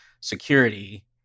security